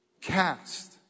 Cast